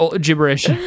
gibberish